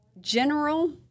General